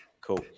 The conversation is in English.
cool